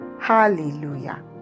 Hallelujah